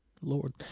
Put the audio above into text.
Lord